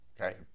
okay